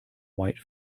white